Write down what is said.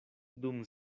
dum